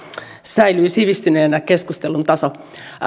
säilynee sivistyneenä